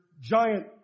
giant